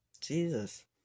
Jesus